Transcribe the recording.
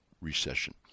recession